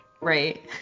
Right